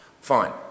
Fine